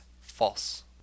false